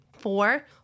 Four